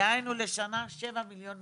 דהיינו לשנה זה 7.2 מיליון.